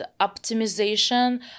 optimization